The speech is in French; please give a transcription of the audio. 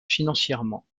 financièrement